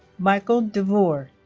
michael devor